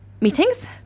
meetings